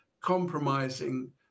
compromising